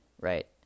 right